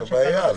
זאת הבעיה.